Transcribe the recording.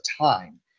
time